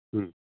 ಹ್ಞೂ